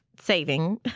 saving